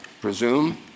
presume